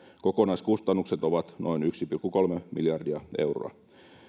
kokonaiskustannukset ovat noin yksi pilkku kolme miljardia euroa